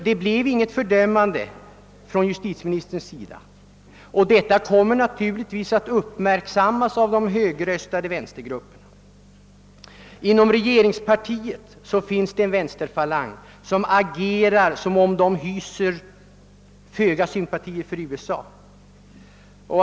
Det blev inget fördömande från justitieministerns sida, och detta kommer naturligtvis att uppmärksammas av de högröstade vänstergrupperna. Inom regeringspartiet finns det en vänsterfalang, som i sitt agerande visar sig hysa föga sympati för USA.